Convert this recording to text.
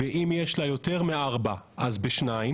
ואם יש לה יותר מארבעה אז בשניים